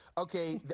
okay,